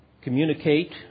communicate